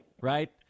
right